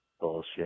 bullshit